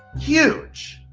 huge.